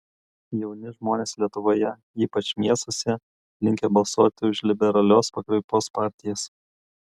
jauni žmonės lietuvoje ypač miestuose linkę balsuoti už liberalios pakraipos partijas